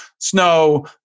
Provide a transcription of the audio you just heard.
snow